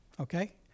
okay